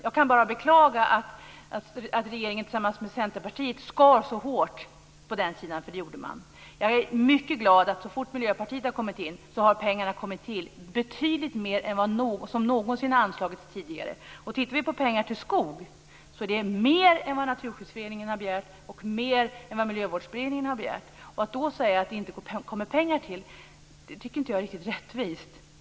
Jag kan bara beklaga att regeringen tillsammans med Centerpartiet skar så hårt på den sidan, för det gjorde de. Jag är mycket glad över att så fort Miljöpartiet har kommit in har mer pengar än någonsin tidigare anslagits. Om vi tittar på pengarna till skog är det mer än Naturskyddsföreningen har begärt och mer än Miljövårdsberedningen har begärt. Att då säga att det inte tillkommer pengar, tycker jag inte är riktigt rättvist.